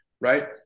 right